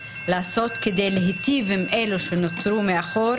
לעשות כדי להיטיב עם אלה שנותרו מאחור,